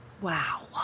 Wow